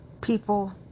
people